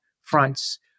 fronts